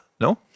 No